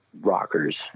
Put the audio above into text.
rockers